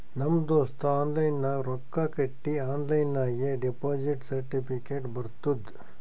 ನಮ್ ದೋಸ್ತ ಆನ್ಲೈನ್ ನಾಗ್ ರೊಕ್ಕಾ ಕಟ್ಟಿ ಆನ್ಲೈನ್ ನಾಗೆ ಡೆಪೋಸಿಟ್ ಸರ್ಟಿಫಿಕೇಟ್ ಬರ್ತುದ್